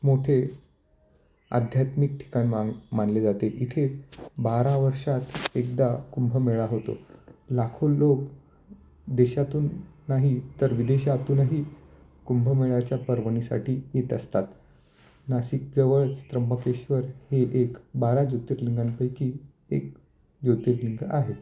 मोठे आध्यात्मिक ठिकाण मान् मानले जाते इथे बारा वर्षांत एकदा कुंभमेळा होतो लाखो लोक देशातून नाही तर विदेशातूनही कुंभमेळ्याच्या पर्वणीसाठी येत असतात नाशिकजवळच त्र्यंबकेश्वर हे एक बारा ज्योतिर्लिंगांपैकी एक ज्योतिर्लिंग आहे